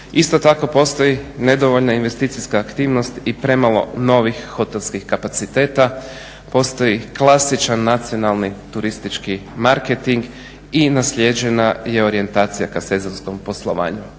Isto tako postoji nedovoljna investicijska aktivnost i premalo novih hotelskih kapaciteta, postoji klasičan nacionalni turistički marketing i naslijeđena orijentacija ka sezonskom poslovanju.